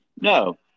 no